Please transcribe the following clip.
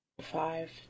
Five